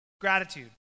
gratitude